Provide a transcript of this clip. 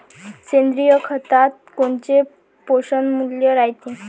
सेंद्रिय खतात कोनचे पोषनमूल्य रायते?